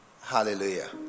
Hallelujah